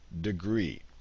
degree